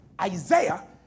Isaiah